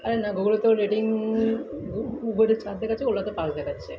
আরে না গুগলে তো রেটিং উবরে চার দেখাচ্ছে ওলাতে পাঁচ দেখাচ্ছে